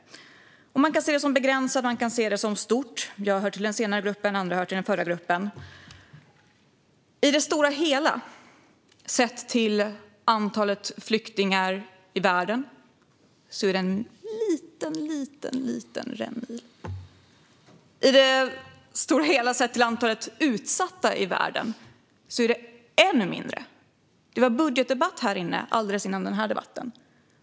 Man kan se antalet som begränsat eller som stort. Jag hör till den senare gruppen; andra hör till den förra gruppen. I det stora hela sett till antalet flyktingar i världen är det en liten, liten rännil. I det stora hela sett till antalet utsatta i världen är det ännu mindre. Det var budgetdebatt här innan.